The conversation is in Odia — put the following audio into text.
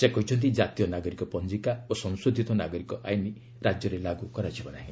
ସେ କହିଛନ୍ତି ଜାତୀୟ ନାଗରିକ ପଞ୍ଜିକା ଓ ସଂଶୋଧିତ ନାଗରିକ ଆଇନ୍ ରାଜ୍ୟରେ ଲାଗୁ କରାଯିବ ନାହିଁ